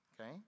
Okay